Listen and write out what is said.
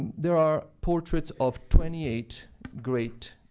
there are portraits of twenty eight great,